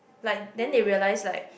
like then they realise like